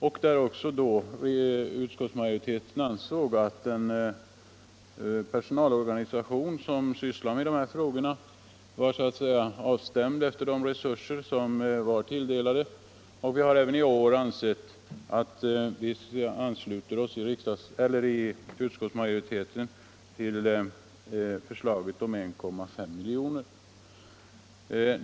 Vidare ansåg majoriteten att den personalorganisation som sysslar med dessa frågor så att säga är avstämd efter de resurser som tilldelats. Även i år har utskottets majoritet anslutit sig till förslaget om 1,5 miljoner.